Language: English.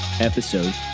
episode